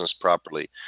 properly